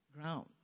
ground